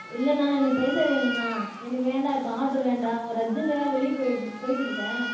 இல்லைண்ணா எனக்கு பைசா வேணுண்ணால் எனக்கு வேண்டாம் இப்போ ஆர்டரு வேண்டாம் ஒரு அர்ஜென்டுக்காக வெளியே போய் போயிட்டுருக்கேன்